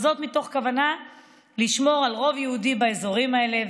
וזאת מתוך כוונה לשמור על רוב יהודי באזורים אלה,